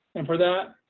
and for that,